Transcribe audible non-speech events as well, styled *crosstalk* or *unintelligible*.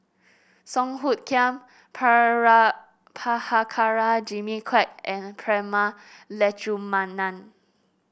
Song Hoot Kiam *unintelligible* Prabhakara Jimmy Quek and Prema Letchumanan